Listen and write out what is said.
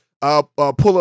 pull-up